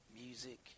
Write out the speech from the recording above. music